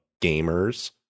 gamers